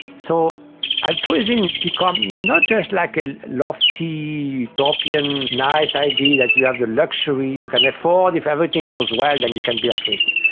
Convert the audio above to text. so altruism becomes not just like a lofty utopian nice idea that you have the luxury, you can afford, if everything goes well then you can be altruistic.